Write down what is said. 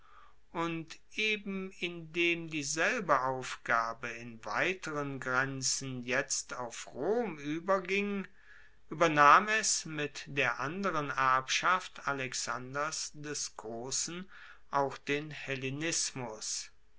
und indem dieselbe aufgabe in weiteren grenzen jetzt auf rom ueberging uebernahm es mit der anderen erbschaft alexanders des grossen auch den